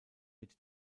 mit